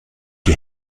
die